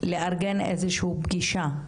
לארגן איזו שהיא פגישה,